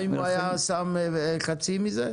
גם אם הוא היה שם חצי מזה?